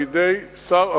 בידי שר הפנים,